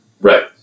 Right